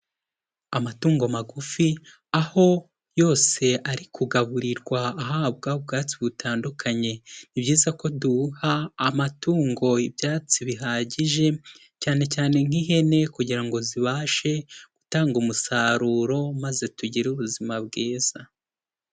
Amatungo magufi, aho yose ari kugaburirwa ahabwa ubwatsi butandukanye, ni byiza ko duha amatungo ibyatsi bihagije, cyane cyane nk'ihene kugira ngo zibashe gutanga umusaruro maze tugire ubuzima bwiza.